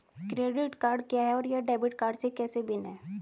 Credit card क्या है और यह डेबिट कार्ड से कैसे भिन्न है?